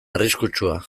arriskutsua